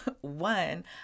One